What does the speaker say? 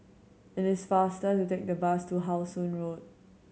it is faster to take the bus to How Sun Road